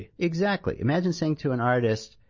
yeah exactly. imagine saying to an artist,